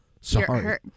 Sorry